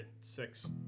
six